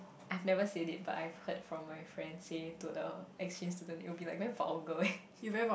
I've never said it but I've heard from my friend say to the exchange student it will be like very vulgar